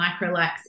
microlax